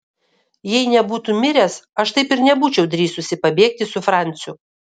jei nebūtų miręs aš taip ir nebūčiau drįsusi pabėgti su franciu